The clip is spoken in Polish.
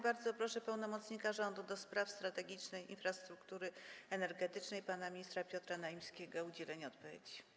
Bardzo proszę pełnomocnika rządu do spraw strategicznej infrastruktury energetycznej pana ministra Piotra Naimskiego o udzielenie odpowiedzi.